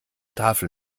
tafel